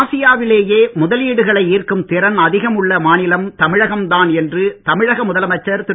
ஆசியாவிலேயே முதலீடுகளை ஈர்க்கும் திறன் அதிகம் உள்ள மாநிலம் தமிழகம் தான் என்று தமிழக முதலமைச்சர் திரு